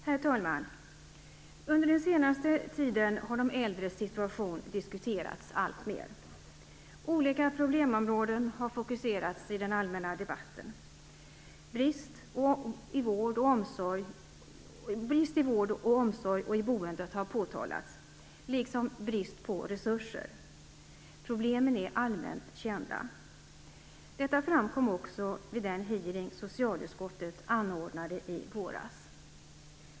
Herr talman! Under den senaste tiden har de äldres situation diskuterats alltmer. Olika problemområden har fokuserats i den allmänna debatten. Brister i vård och omsorg och i boendet har påtalats, liksom brist på resurser. Problemen är allmänt kända. Detta framkom också vid den hearing som socialutskottet anordnade i våras.